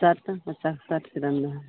शर्टके अच्छा शर्टके दाममे है